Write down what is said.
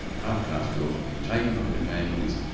half-caste girls would be taken from their families,